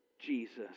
Jesus